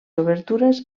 obertures